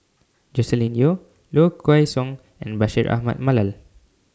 Joscelin Yeo Low Kway Song and Bashir Ahmad Mallal